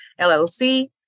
LLC